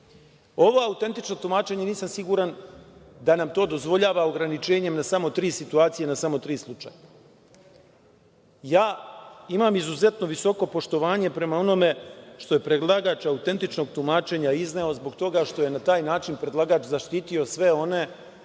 Ovo autentično tumačenje nisam siguran da nam to dozvoljava ograničenjem na samo tri situacije, na samo tri slučaja. Imam izuzetno visoko poštovanje prema onome što je pregledač autentičnog tumačenja izneo zbog toga što je na taj način predlagač zaštitio sve one